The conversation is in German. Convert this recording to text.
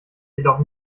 jedoch